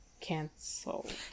canceled